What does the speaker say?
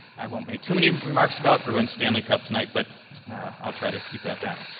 i won't make too many remarks about bruins stanley cup tonight. but i'll try to keep that down.